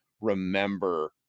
remember